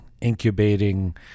incubating